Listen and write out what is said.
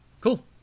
cool